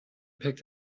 picked